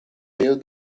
gave